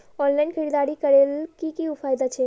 Online खरीदारी करले की की फायदा छे?